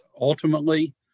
ultimately